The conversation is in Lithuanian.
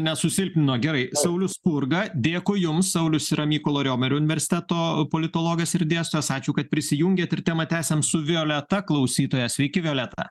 nesusilpnino gerai saulius spurga dėkui jums saulius yra mykolo riomerio universiteto politologas ir dėstytojas ačiū kad prisijungėt ir temą tęsiam su violeta klausytoja sveiki violeta